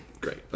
Great